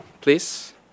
please